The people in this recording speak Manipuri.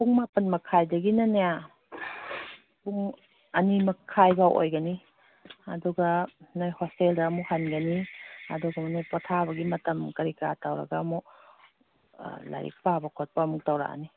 ꯄꯨꯡ ꯃꯥꯄꯟ ꯃꯈꯥꯏꯗꯒꯤꯅꯅꯦ ꯄꯨꯡ ꯑꯅꯤꯃꯈꯥꯏꯕꯣꯛ ꯑꯣꯏꯒꯅꯤ ꯑꯗꯨꯒ ꯅꯣꯏ ꯍꯣꯁꯇꯦꯜꯗ ꯑꯃꯨꯛ ꯍꯟꯒꯅꯤ ꯑꯗꯨꯒ ꯅꯣꯏ ꯄꯣꯊꯥꯕꯒꯤ ꯃꯇꯝ ꯀꯔꯤ ꯀꯔꯥ ꯇꯧꯔꯒ ꯑꯃꯨꯛ ꯂꯥꯏꯔꯤꯛ ꯄꯥꯕ ꯈꯣꯠꯄ ꯑꯃꯨꯛ ꯇꯧꯔꯛꯑꯅꯤ